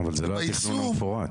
אבל זה לא התכנון המפורט.